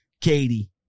Katie